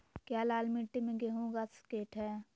क्या लाल मिट्टी में गेंहु उगा स्केट है?